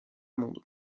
monde